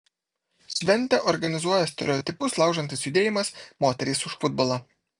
šventę organizuoja stereotipus laužantis judėjimas moterys už futbolą